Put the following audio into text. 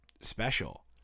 special